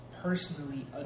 personally